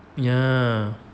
ya